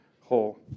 whole